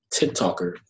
tiktoker